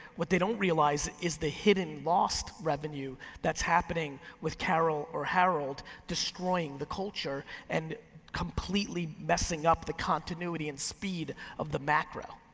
what they don't realize is the hidden lost revenue that's happening with carol or harold, destroying the culture, and completely messing up the continuity and speed of the macro.